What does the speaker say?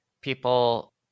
people